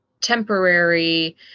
temporary